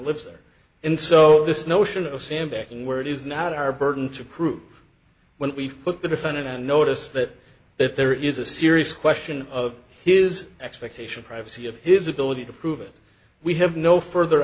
lives there and so this notion of sam backing where it is not our burden to prove when we put the defendant and notice that if there is a serious question of his expectation of privacy of his ability to prove it we have no further